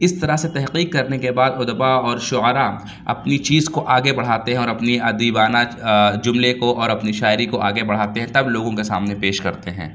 اس طرح سے تحقیق کرنے کے بعد ادبا اور شعرا اپنی چیز کو آگے بڑھاتے ہیں اور اپنی ادیبانہ جملے کو اور اپنی شاعری کو آگے بڑھاتے ہیں تب لوگوں کے سامنے پیش کرتے ہیں